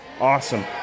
Awesome